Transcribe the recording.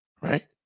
right